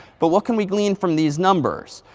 but what can we glean from these numbers?